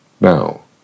now